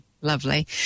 Lovely